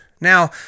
now